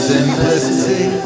Simplicity